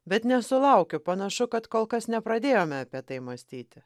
bet nesulaukiu panašu kad kol kas nepradėjome apie tai mąstyti